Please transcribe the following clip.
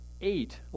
eight